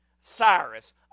Cyrus